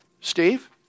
Steve